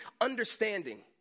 understanding